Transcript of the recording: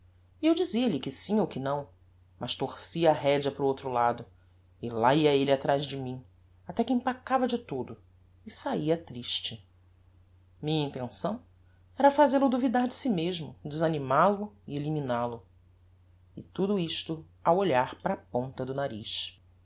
e eu dizia-lhe que sim ou que não mas torcia a redea para o outro lado e lá ia elle atraz de mim até que empacava de todo e saía triste minha intenção era fazel-o duvidar de si mesmo desanimal o eliminal o e tudo isto a olhar para a ponta do nariz